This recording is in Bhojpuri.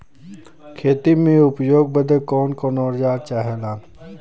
खेती में उपयोग बदे कौन कौन औजार चाहेला?